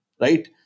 right